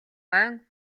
ойн